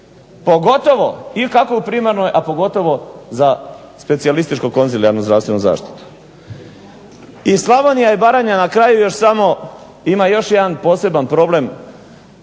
Pogotovo, i kako u primarnoj, a pogotovo za specijalističko-konzilijarnu zdravstvenu zaštitu. I Slavonija i Baranja, na kraju još samo, ima još jedan poseban problem